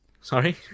Sorry